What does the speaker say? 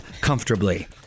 comfortably